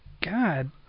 God